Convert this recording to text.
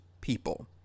people